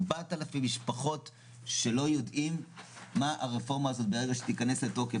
4,000 משפחות שלא יודעים מה הרפורמה הזאת ברגע שתיכנס לתוקף.